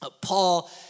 Paul